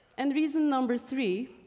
and reason number three